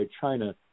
China